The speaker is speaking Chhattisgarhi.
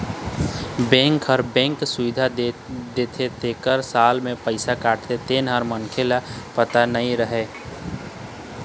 बेंक ह बेंक सुबिधा देथे तेखर साल म पइसा काटथे तेन ह मनखे ल पता नइ रहय